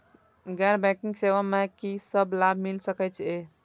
गैर बैंकिंग सेवा मैं कि सब लाभ मिल सकै ये?